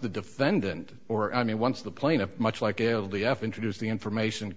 the defendant or i mean once the plaintiff much like it of the f introduced the information